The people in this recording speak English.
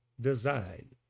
design